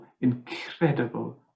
incredible